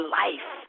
life